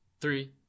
Three